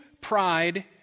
pride